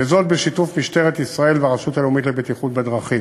וזאת בשיתוף משטרת ישראל והרשות הלאומית לבטיחות בדרכים.